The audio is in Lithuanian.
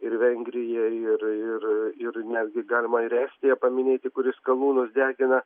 ir vengrija ir ir ir netgi galima ir estiją paminėti kuri skalūnus degina